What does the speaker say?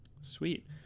sweet